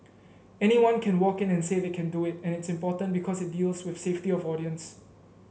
anyone can walk in and say they can do it and it's important because it deals with safety of audience